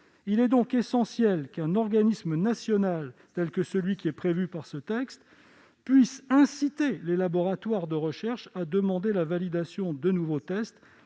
Il est donc essentiel qu'un organisme national, tel que celui qui est prévu par ce texte, puisse inciter les laboratoires de recherche à demander la validation de nouveaux tests